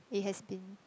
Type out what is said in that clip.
it has been